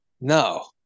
No